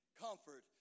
Comfort